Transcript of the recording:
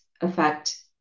affect